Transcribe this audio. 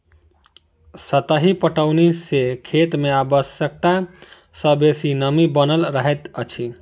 सतही पटौनी सॅ खेत मे आवश्यकता सॅ बेसी नमी बनल रहैत अछि